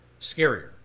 scarier